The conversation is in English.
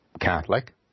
Catholic